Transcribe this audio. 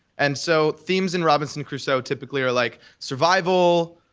and so themes in robinson crusoe typically are like survival,